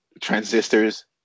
transistors